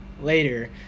later